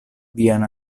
vian